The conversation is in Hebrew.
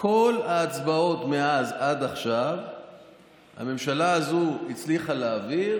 את כל ההצבעות מאז עד עכשיו הממשלה הזאת הצליחה להעביר